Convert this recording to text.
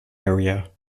area